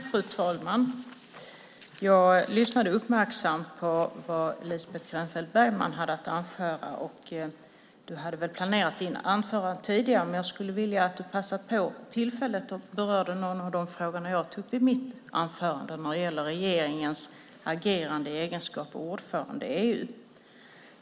Fru talman! Jag lyssnade uppmärksamt på vad Lisbeth Grönfeldt Bergman hade att anföra. Du hade väl planerat ditt anförande tidigare, men jag skulle vilja att du passade på tillfället att beröra någon av de frågor som jag tog upp i mitt anförande när det gäller regeringens agerande i egenskap av ordförande i EU.